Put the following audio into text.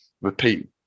repeat